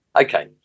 Okay